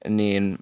niin